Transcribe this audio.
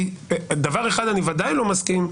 כי דבר אחד אני בוודאי לא מסכים,